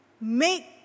make